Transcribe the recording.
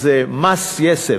אז מס יסף,